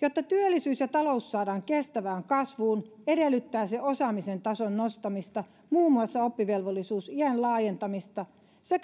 jotta työllisyys ja talous saadaan kestävään kasvuun edellyttää se osaamisen tason nostamista muun muassa oppivelvollisuusiän laajentamista